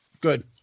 Good